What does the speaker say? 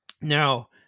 Now